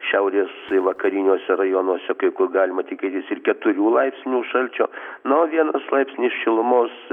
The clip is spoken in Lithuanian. šiaurės vakariniuose rajonuose kur galima tikėtis ir keturių laipsnių šalčio na o vienas laipsnis šilumos